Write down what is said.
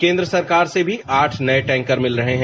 कंद्र सरकार से भी आठ नए टैकर मिल रहे हैं